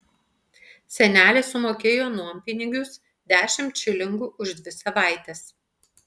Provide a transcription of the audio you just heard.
senelė sumokėjo nuompinigius dešimt šilingų už dvi savaites